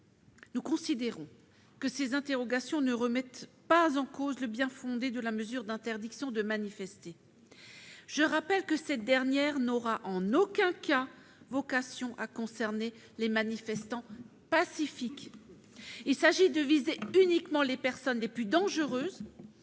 à cet article 2. Ces interrogations ne remettent toutefois pas en cause le bien-fondé de la mesure d'interdiction de manifester. Je rappelle que cette dernière n'aura en aucun cas vocation à concerner des manifestants pacifiques : il s'agit de viser uniquement les personnes les plus dangereuses,